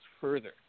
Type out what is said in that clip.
further